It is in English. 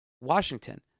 Washington